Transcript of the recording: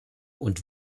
und